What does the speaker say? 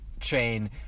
chain